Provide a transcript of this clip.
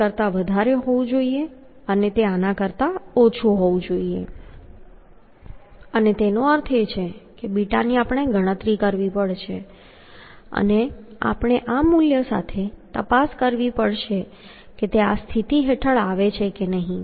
7 કરતા વધારે હોવું જોઈએ અને તે આના કરતા ઓછું હોવું જોઈએ અને તેનો અર્થ એ કે બીટાની આપણે ગણતરી કરવી પડશે અને આપણે આ મૂલ્ય સાથે તપાસ કરવી પડશે કે તે આ સ્થિતિ હેઠળ આવે છે કે નહીં